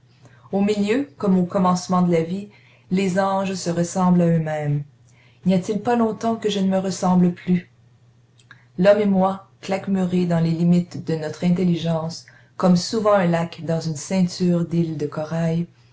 au milieu comme au commencement de la vie les anges se ressemblent à eux-mêmes n'y a-t-il pas longtemps que je ne me ressemble plus l'homme et moi claquemurés dans les limites de notre intelligence comme souvent un lac dans une ceinture d'îles de corail